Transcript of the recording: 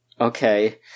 okay